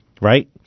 Right